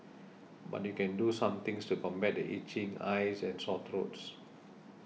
but you can do some things to combat the itching eyes and sore throats